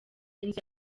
inzu